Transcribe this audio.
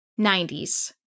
90s